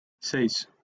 seis